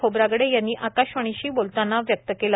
खोब्रागडे यांनी आकशवाणीशी बोलताना व्यक्त केलं